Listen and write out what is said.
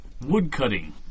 woodcutting